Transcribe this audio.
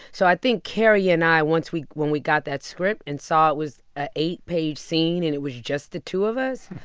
so i think carrie and i, once we when we got that script and saw it was an eight-page scene and it was just the two of us,